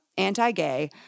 anti-gay